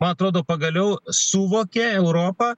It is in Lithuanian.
man atrodo pagaliau suvokė europa